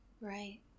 Right